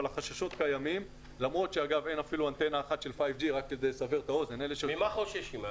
אבל החששות קיימים למרות שאין אפילו אנטנה אחת של 5G. ממה חוששים?